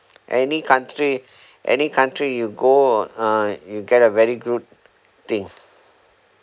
any country any country you go uh uh you get a very good thing